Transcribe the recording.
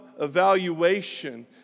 evaluation